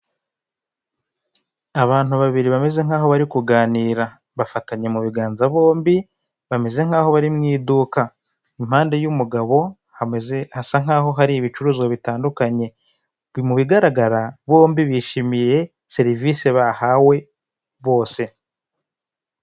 Abantu babiri bameze nkaho bari kuganira bafatanya mu biganza bombi bameze nkaho bari mu iduka, impande y'umugabo hameze hasa nkaho hari ibicuruzwa bitandukanye mu bigaragara bombi bishimiye serivisi bahawe bose.